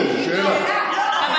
היושב-ראש, יש עוד חבר כנסת שרוצה